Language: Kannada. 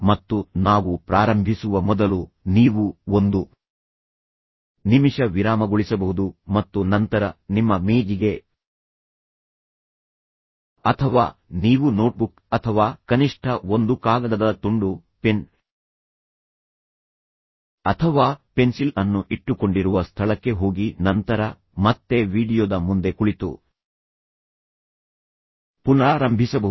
ಮತ್ತು ನಾವು ಪ್ರಾರಂಭಿಸುವ ಮೊದಲು ನೀವು ಒಂದು ನಿಮಿಷ ವಿರಾಮಗೊಳಿಸಬಹುದು ಮತ್ತು ನಂತರ ನಿಮ್ಮ ಮೇಜಿಗೆ ಅಥವಾ ನೀವು ನೋಟ್ಬುಕ್ ಅಥವಾ ಕನಿಷ್ಠ ಒಂದು ಕಾಗದದ ತುಂಡು ಪೆನ್ ಅಥವಾ ಪೆನ್ಸಿಲ್ ಅನ್ನು ಇಟ್ಟುಕೊಂಡಿರುವ ಸ್ಥಳಕ್ಕೆ ಹೋಗಿ ನಂತರ ಮತ್ತೆ ವೀಡಿಯೊದ ಮುಂದೆ ಕುಳಿತು ಪುನರಾರಂಭಿಸಬಹುದು